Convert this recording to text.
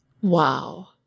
Wow